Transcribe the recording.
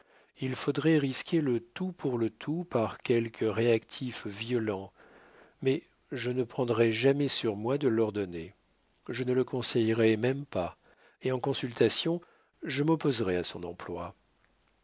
il faudrait risquer le tout pour le tout par quelque réactif violent mais je ne prendrai jamais sur moi de l'ordonner je ne le conseillerais même pas et en consultation je m'opposerais à son emploi